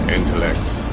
intellects